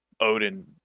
Odin